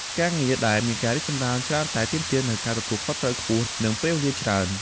ការងារដែលមានការរីកចម្រើនច្រើនតែទាមទារនូវការទទួលខុសត្រូវខ្ពស់ និងពេលវេលាច្រើន។